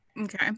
Okay